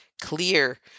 clear